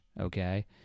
okay